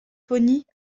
symphonies